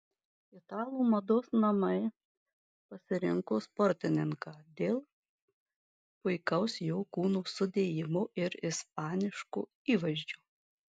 italų mados namai pasirinko sportininką dėl puikaus jo kūno sudėjimo ir ispaniško įvaizdžio